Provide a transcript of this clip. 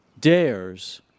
dares